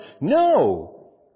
No